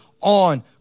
on